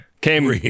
came